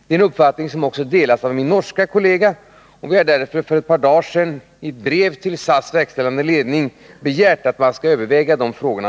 Denna uppfattning delar min norske kollega. Vi har därför för några dagar sedan i brev till verkställande ledningen i SAS begärt att man noga överväger dessa frågor.